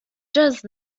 just